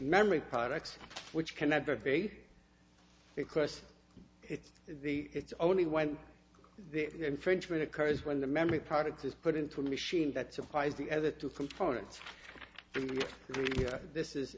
memory products which cannot be very because it's the it's only when the infringement occurs when the memory product is put into a machine that supplies the other two components for me this is